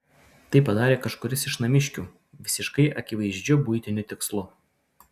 tai padarė kažkuris iš namiškių visiškai akivaizdžiu buitiniu tikslu